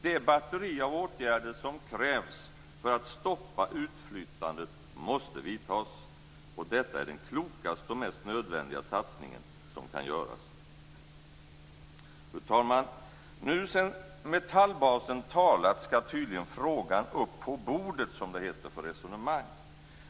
Det batteri av åtgärder som krävs för att stoppa utflyttandet måste vidtas. Det är den klokaste och mest nödvändiga satsningen som kan göras. När sedan Metallbasen talat skall tydligen frågan upp på bordet, som det heter, för resonemang.